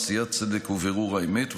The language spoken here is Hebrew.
עשיית צדק ובירור האמת,